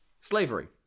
slavery